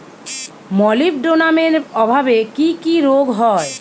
মলিবডোনামের অভাবে কি কি রোগ হয়?